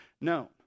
known